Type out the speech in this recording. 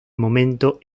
momento